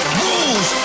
rules